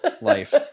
life